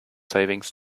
savings